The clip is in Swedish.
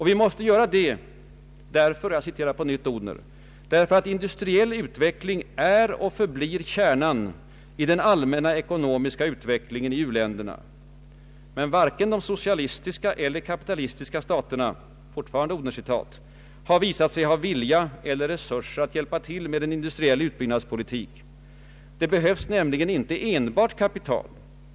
Vi måste göra det därför att — jag citerar på nytt Odhner — ”industriell utveckling är och förblir kärnan i den allmänna ekonomiska utvecklingen i u-länderna. Men varken de socialistiska eller de kapitalistiska staterna har visat sig ha vilja eller resurser att hjälpa till med en industriell utbyggnadspolitik i dessa länder. Det behövs nämligen inte enbart kapital.